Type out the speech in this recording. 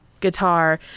guitar